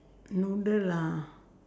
noodle ah